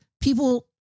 people